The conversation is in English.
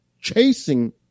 chasing